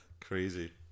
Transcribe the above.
crazy